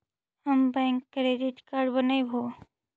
हम bank credit card बनैवो?